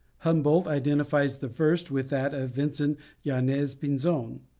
humboldt identifies the first with that of vincent yanez pinzon,